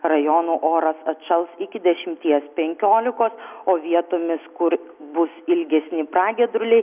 rajonų oras atšals iki dešimties penkiolikos o vietomis kur bus ilgesni pragiedruliai